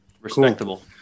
Respectable